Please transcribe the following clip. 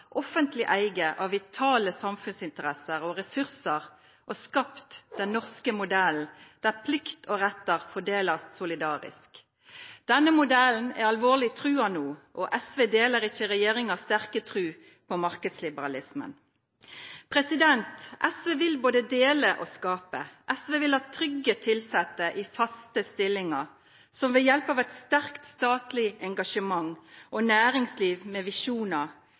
offentleg eige av vitale samfunnsinteresser og ressursar og skapt den norske modellen, der plikt og rettar blir fordelte solidarisk. Denne modellen er alvorleg truga no, og SV deler ikkje regjeringas sterke tru på marknadsliberalismen. SV vil både dela og skapa. SV vil ha trygge tilsette i faste stillingar som ved hjelp av eit sterkt statleg engasjement og næringsliv med visjonar